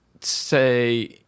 say